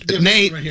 nate